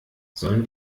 sollen